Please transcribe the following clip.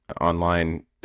online